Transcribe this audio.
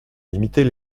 limiter